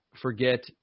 forget